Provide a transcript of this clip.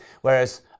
Whereas